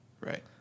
right